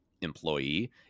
employee